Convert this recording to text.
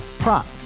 Prop